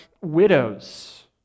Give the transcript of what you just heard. widows